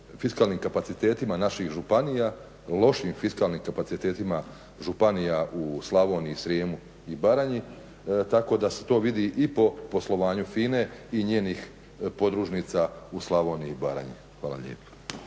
fiskalnim kapacitetima naših županija, u lošim fiskalnim kapacitetima županija u Slavoniji, Srijemu i Baranji, tako da se to vidi i po poslovanju FINA-e i njenih podružnica u Slavoniji i Baranji. Hvala lijepa.